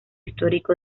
histórico